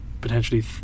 potentially